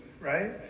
right